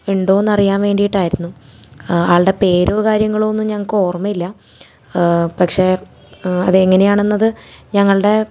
ഉണ്ടോന്നറിയാന് വേണ്ടീട്ടായിരുന്നു ആൾടെ പേരോ കാര്യങ്ങളോ ഒന്നും ഞങ്ങൾക്ക് ഓര്മ്മയില്ല പക്ഷേ അത് എങ്ങനെയാണെന്നത് ഞങ്ങൾടേ